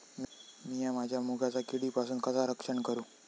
मीया माझ्या मुगाचा किडीपासून कसा रक्षण करू?